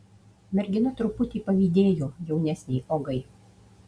mergina truputį pavydėjo jaunesnei ogai